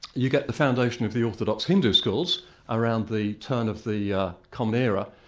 you get the foundation of the orthodox hindu schools around the turn of the yeah common era,